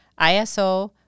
ISO